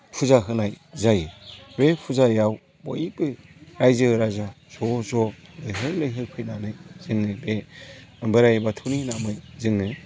फुजा होनाय जायो बे फुजाया बयबो रायजो राजा ज' ज' लैहोर लैहोर फैनानै जोंनि बे बोराय बाथौनि नामै जोङो